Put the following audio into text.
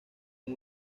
han